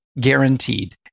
Guaranteed